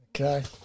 Okay